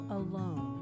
alone